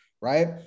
right